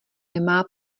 nemá